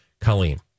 colleen